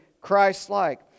Christ-like